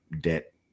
debt